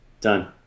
Done